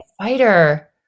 spider